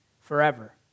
forever